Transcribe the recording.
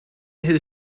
his